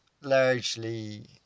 largely